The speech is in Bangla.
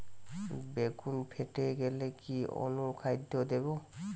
বেগুন ফেটে গেলে কি অনুখাদ্য দেবো?